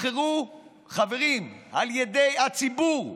שחבריה נבחרו על ידי הציבור,